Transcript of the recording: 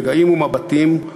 רגעים ומבטים,